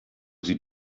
sie